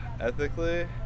ethically